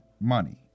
money